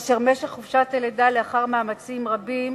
כאשר משך חופשת הלידה, לאחר מאמצים רבים